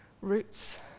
roots